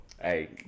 Hey